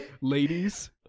ladies